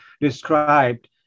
described